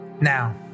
Now